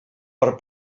per